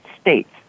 states